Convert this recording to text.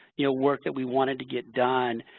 you know, work that we wanted to get done.